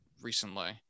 recently